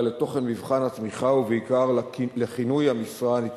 לתוכן מבחן התמיכה ובעיקר לכינוי המשרה הנתמכת.